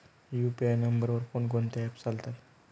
UPI नंबरवर कोण कोणते ऍप्स चालतात?